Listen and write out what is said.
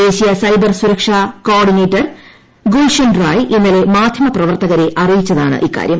ദേശീയ സൈബർ സുരക്ഷ coordinator Gulshan Rai ഇന്നലെ മാധ്യമപ്രവർത്തകരെ അറിയിച്ചതാണിക്കാര്യം